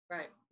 Right